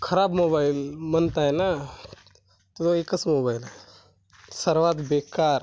खराब मोबाईल म्हणताय ना तो एकच मोबाईल आहे सर्वांत बेकार